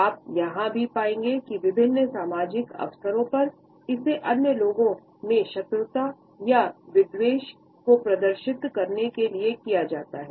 आप यह भी पाएंगे कि विभिन्न सामाजिक अवसरों पर इसे अन्य लोगों में शत्रुता या विद्वेष को प्रदर्शित करने के लिए किया जाता है